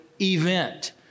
event